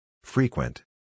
Frequent